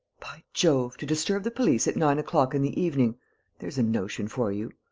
by jove. to disturb the police at nine o'clock in the evening there's a notion for you!